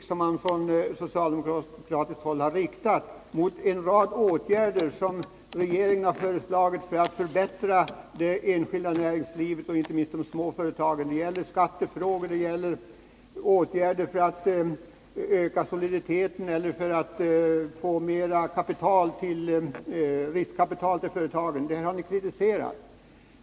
Socialdemokraterna har kritiserat en rad åtgärder som regeringen har föreslagit för att förbättra förutsättningarna för det enskilda näringslivet, inte minst småföretagen. Det gäller skattefrågor, åtgärder för att öka soliditeten eller för att få mera riskvilligt kapital till företagen.